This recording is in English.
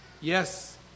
Yes